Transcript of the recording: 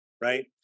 right